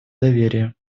доверия